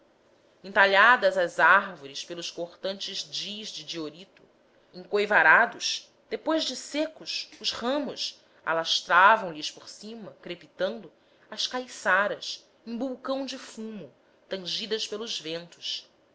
entalhadas as árvores pelos cortantes djis de diorito encoivarados depois de secos os ramos alastravam lhes por cima crepitando as caiçaras em bulcão de fumo tangidas pelos ventos